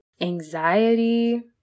anxiety